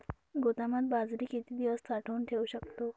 गोदामात बाजरी किती दिवस साठवून ठेवू शकतो?